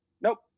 Nope